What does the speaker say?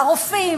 הרופאים,